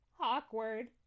Awkward